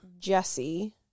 Jesse